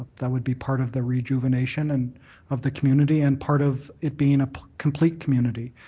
that would be part of the rejuvenation and of the community and part of it being a complete community.